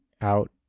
out